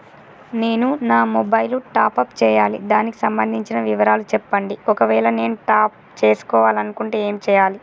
నేను నా mobile top up చేయాలి దానికి సంబంధించిన వివరాలు చెప్పండి ఒకవేళ నేను టాప్ చేసుకోవాలనుకుంటే ఏం చేయాలి?